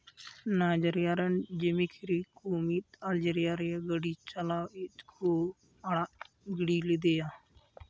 ᱱᱟᱭᱡᱮᱨᱤᱭᱟ ᱨᱮᱱ ᱡᱤᱵᱤᱠᱨᱤ ᱠᱩ ᱢᱤᱫ ᱟᱨᱡᱮᱨᱤᱭᱟ ᱨᱮ ᱜᱟᱹᱰᱤ ᱪᱟᱞᱟᱣᱤᱡ ᱠᱚ ᱟᱲᱟᱜ ᱜᱤᱲᱤ ᱞᱮᱫᱮᱭᱟ